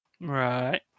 Right